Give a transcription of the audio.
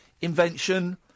invention